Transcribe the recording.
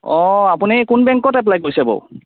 অ আপুনি কোন বেংকত এপ্পলাই কৰিছে বাৰু